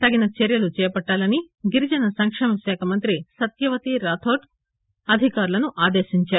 తగిన చర్యలు చేపట్టాలని గిరిజన సంకేమ శాఖ మంత్రి సత్యవతి రాథోడ్ అధికారులను ఆదేశించారు